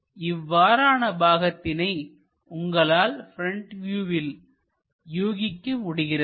இவ்வாறான பாகத்தினை உங்களால் ப்ரெண்ட் வியூவில் யூகிக்க முடிகிறதா